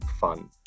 fun